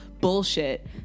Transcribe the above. bullshit